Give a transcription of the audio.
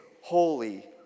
Holy